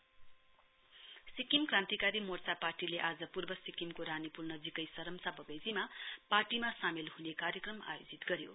SKS Sikkim Krantikari Morcha पार्टीले आज पूर्व सिक्किमको रानीपूल नजीकै सरमसा बगैंचामा पार्टीमा सामेल हुने कार्यक्रम आयोजित गऱ्यो